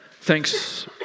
Thanks